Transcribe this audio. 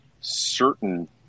certain